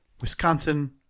Wisconsin